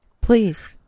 Please